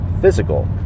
physical